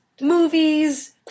movies